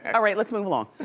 all right, let's move along.